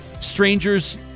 strangers